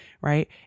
right